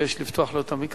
אבקש לפתוח לו את המיקרופון.